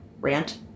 rant